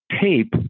tape